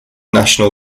national